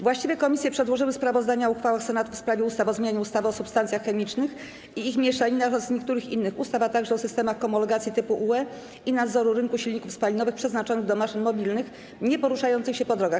Właściwe komisje przedłożyły sprawozdania o uchwałach Senatu w sprawie ustaw: - o zmianie ustawy o substancjach chemicznych i ich mieszaninach oraz niektórych innych ustaw, - o systemach homologacji typu UE i nadzoru rynku silników spalinowych przeznaczonych do maszyn mobilnych nieporuszających się po drogach.